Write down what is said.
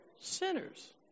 Sinners